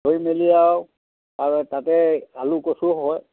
থৈ মেলি আও আৰু তাতে আলু কচু হয়